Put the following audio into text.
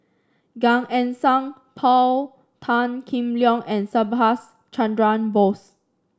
Gan Eng Seng Paul Tan Kim Liang and Subhas Chandra Bose